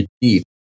deep